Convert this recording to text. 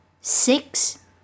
six